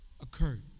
occurred